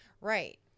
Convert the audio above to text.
right